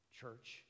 Church